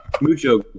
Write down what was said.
Mucho